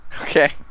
okay